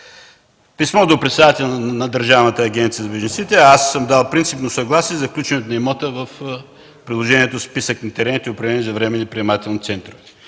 писмо до председателя на Държавната агенция за бежанците, съм дал принципно съгласие за включването на имота в приложението – списък на терените, определени за временни приемателни центрове.